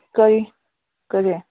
ꯀꯔꯤ ꯀꯔꯤ